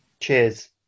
cheers